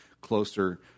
closer